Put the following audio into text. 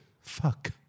Fuck